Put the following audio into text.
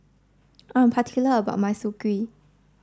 I am particular about my Soon Kuih